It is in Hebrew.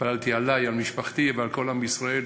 התפללתי עלי, על משפחתי ועל כל עם ישראל.